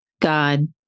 God